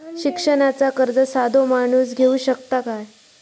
शिक्षणाचा कर्ज साधो माणूस घेऊ शकता काय?